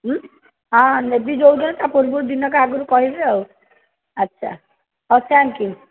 ହଁ ନେବି ଯେଉଁଦିନ ତା ପୂର୍ବରୁ ଦିନକ ଆଗରୁ କହିବି ଆଉ ଆଚ୍ଛା ହଉ ଥ୍ୟାଙ୍କ୍ ୟ୍ୟୁ